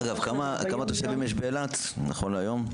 אגב, כמה תושבים יש באילת נכון להיום?